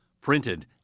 printed